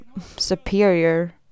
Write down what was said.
superior